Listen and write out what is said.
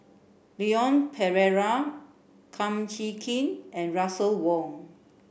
Leon Perera Kum Chee Kin and Russel Wong